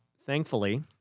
thankfully